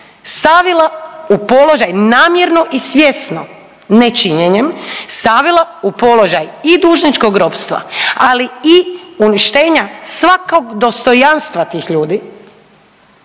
stavila u položaj namjerno i svjesno nečinjenjem, stavila u položaj i dužničkog ropstva, ali i uništenja svakog dostojanstva tih ljudi